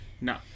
No